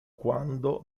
quando